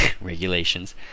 regulations